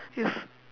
it's